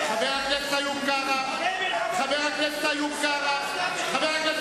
(חבר הכנסת אופיר אקוניס יוצא מאולם המליאה.) למה?